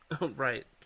Right